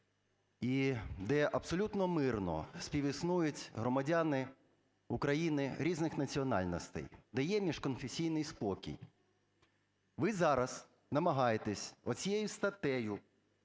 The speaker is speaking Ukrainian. де абсолютно мирно співіснують громадяни України різних національностей, де є міжконфесійний спокій. Ви зараз намагаєтеся оцією статтею